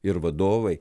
ir vadovai